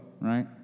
right